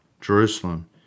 Jerusalem